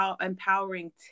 empowering